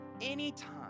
Anytime